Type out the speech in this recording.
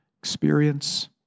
experience